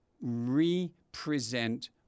represent